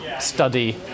study